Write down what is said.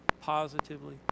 positively